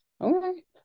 okay